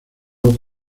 ojo